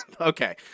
Okay